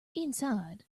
inside